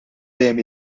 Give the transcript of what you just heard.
dejjem